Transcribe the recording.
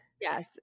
Yes